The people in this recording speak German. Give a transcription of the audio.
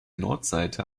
nordseite